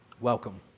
Welcome